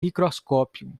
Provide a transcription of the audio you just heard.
microscópio